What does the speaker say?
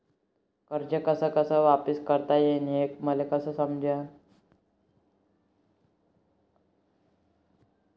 कर्ज कस कस वापिस करता येईन, हे मले कस समजनं?